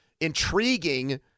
intriguing